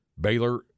Baylor